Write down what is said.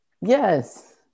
yes